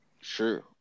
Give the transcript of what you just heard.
Sure